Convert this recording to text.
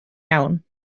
iawn